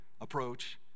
approach